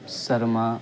Sharma